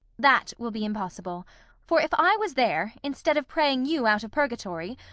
that will be impossible for if i was there, instead of praying you out of purgatory,